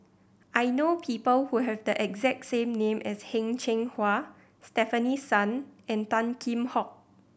I know people who have the exact same name as Heng Cheng Hwa Stefanie Sun and Tan Kheam Hock